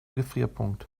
gefrierpunkt